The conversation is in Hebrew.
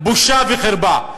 בושה וחרפה.